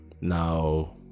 now